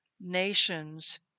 nations